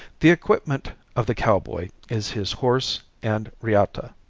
the equipment of the cowboy is his horse and reata.